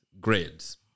grades